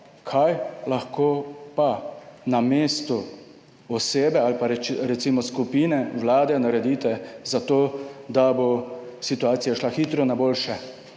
kaj lahko pa namesto osebe ali pa recimo skupine, Vlade, naredite za to, da bo situacija šla hitro na boljše.